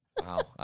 Wow